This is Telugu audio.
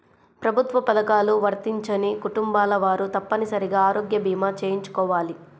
ప్రభుత్వ పథకాలు వర్తించని కుటుంబాల వారు తప్పనిసరిగా ఆరోగ్య భీమా చేయించుకోవాలి